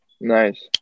Nice